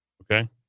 Okay